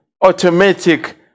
automatic